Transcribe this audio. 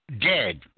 dead